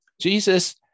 Jesus